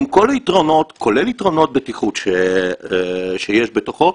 עם כל היתרונות, כולל יתרונות בטיחות שיש בתוכו,